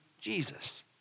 Jesus